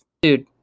Dude